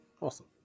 Awesome